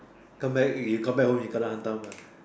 come back you come back won't be Kena Hantam lah